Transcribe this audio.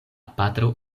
patro